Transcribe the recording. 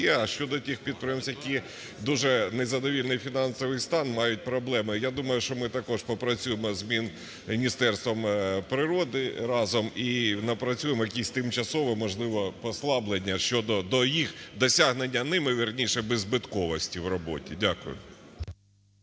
А щодо тих підприємств, які дуже незадовільний фінансовий стан, мають проблеми, я думаю, що ми також попрацюємо з Міністерством природи разом і напрацюємо якісь тимчасово, можливо, послаблення щодо до їх досягнення ними, вірніше, беззбитковості в роботі. Дякую.